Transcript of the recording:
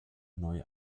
neu